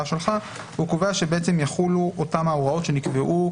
שלחה שבעצם יחולו אותן ההוראות שנקבעו